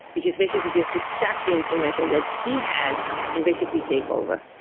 which is basically just to suck the information that he has and basically take over.